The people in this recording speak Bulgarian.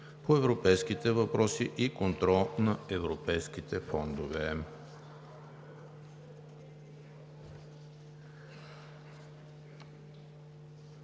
по европейските въпроси и контрол на европейските фондове